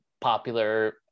popular